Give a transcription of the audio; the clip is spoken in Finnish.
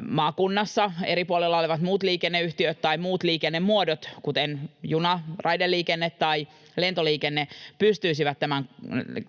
maakunnassa, eri puolilla olevat muut liikenneyhtiöt tai muut liikennemuodot, kuten juna, raideliikenne tai lentoliikenne — pystyisivät